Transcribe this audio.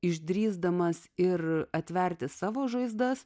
išdrįsdamas ir atverti savo žaizdas